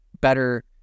better